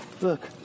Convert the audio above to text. Look